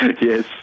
Yes